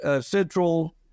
central